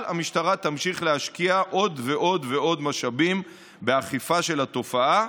המשטרה תמשיך להשקיע עוד ועוד ועוד משאבים באכיפה של התופעה,